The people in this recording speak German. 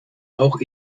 auch